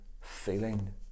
feeling